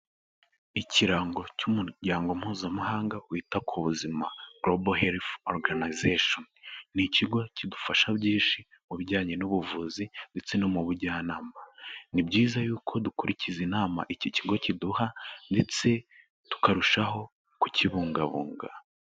Ikirango cy'umuryango Mpuzamahanga wita ku buzima Global Health Organizations ni ikigo kidufasha byinshi mu bijyanye n'ubuvuzi ndetse no mu bujyanama, ni byiza yuko dukurikiza inama iki kigo kiduha ndetse tukarushaho kukibungabunga.